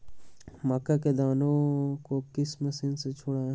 मक्का के दानो को किस मशीन से छुड़ाए?